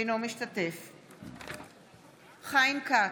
אינו משתתף בהצבעה חיים כץ,